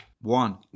One